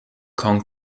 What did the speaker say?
kong